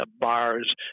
bars